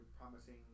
promising